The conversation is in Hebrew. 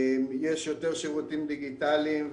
יש יותר שירותים דיגיטליים,